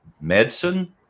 medicine